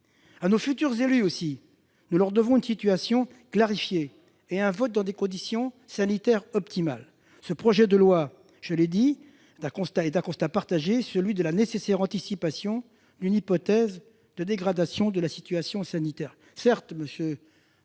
à nos futurs élus, nous leur devons une situation clarifiée, et un vote se déroulant dans des conditions sanitaires optimales. Ce projet de loi naît- je l'ai dit -d'un constat partagé : celui de la nécessité d'anticiper une hypothèse de dégradation de la situation sanitaire.